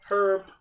Herb